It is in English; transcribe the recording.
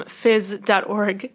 fizz.org